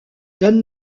donne